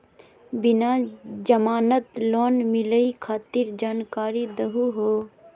बिना जमानत लोन मिलई खातिर जानकारी दहु हो?